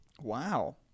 Wow